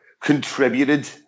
contributed